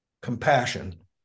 compassion